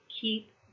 keep